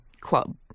club